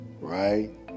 right